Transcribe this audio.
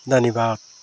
धन्यवाद